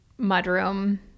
mudroom